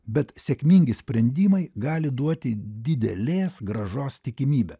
bet sėkmingi sprendimai gali duoti didelės grąžos tikimybę